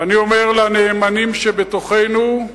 ואני אומר לנאמנים שבתוכנו: